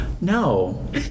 No